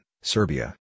Serbia